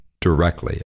directly